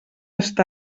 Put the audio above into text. està